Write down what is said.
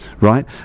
right